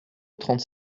trente